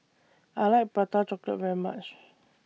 I like Prata Chocolate very much